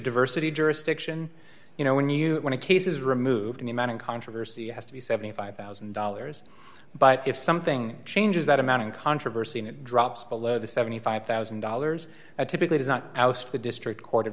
diversity jurisdiction you know when you when a case is removed any amount of controversy has to be seventy five thousand dollars but if something changes that amount in controversy and it drops below the seventy five one thousand dollars typically does not oust the district